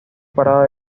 parada